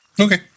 Okay